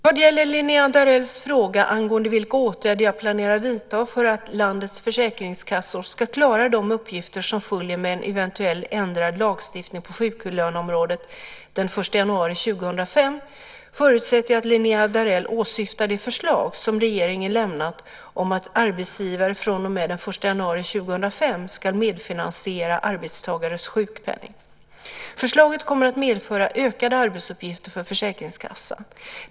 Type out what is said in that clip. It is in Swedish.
Vad gäller Linnéa Darells fråga angående vilka åtgärder jag planerar vidta för att landets försäkringskassor ska klara de uppgifter som följer med en eventuell ändrad lagstiftning på sjuklöneområdet den 1 januari 2005 förutsätter jag att Linnéa Darell åsyftar det förslag som regeringen lämnat om att arbetsgivare från och med den 1 januari 2005 ska medfinansiera arbetstagares sjukpenning. Förslaget kommer att medföra ökade arbetsuppgifter för försäkringskassan.